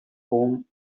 home